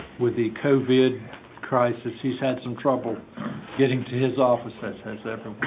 with the covid crisis, he's had some trouble getting to his office as has ever been,